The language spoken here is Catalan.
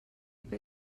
que